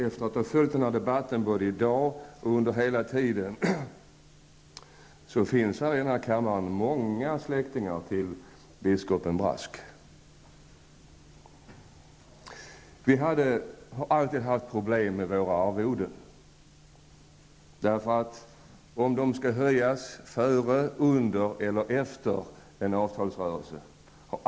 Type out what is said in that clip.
Efter att ha följt debatten både tidigare och i dag kan jag konstatera att det här i kammaren finns många släktingar till biskop Brask. Vi har alltid haft problem med våra arvoden, om de skall höjas före, under eller efter en avtalsrörelse.